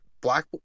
black